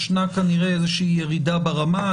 ישנה כנראה איזושהי ירידה ברמה.